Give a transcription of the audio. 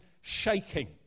shaking